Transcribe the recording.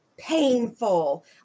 painful